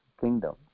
kingdom